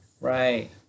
Right